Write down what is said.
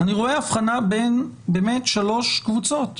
אני רואה אבחנה בין שלוש קבוצות